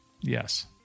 Yes